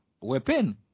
weapon